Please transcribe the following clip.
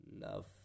love